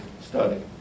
study